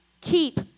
keep